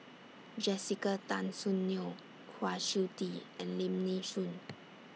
Jessica Tan Soon Neo Kwa Siew Tee and Lim Nee Soon